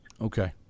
Okay